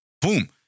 Boom